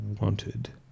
wanted